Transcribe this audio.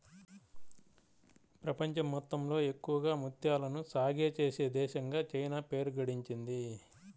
ప్రపంచం మొత్తంలో ఎక్కువగా ముత్యాలను సాగే చేసే దేశంగా చైనా పేరు గడించింది